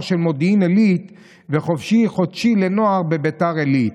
של מודיעין עילית וחופשי-חודשי לנוער ביתר עילית,